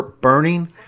Burning